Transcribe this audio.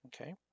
Okay